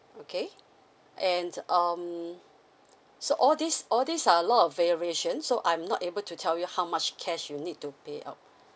okay and um so all these all these are a lot of variation so I'm not able to tell you how much cash you need to pay out